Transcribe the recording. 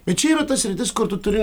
bet čia yra ta sritis kur tu turi